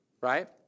right